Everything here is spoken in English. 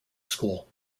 school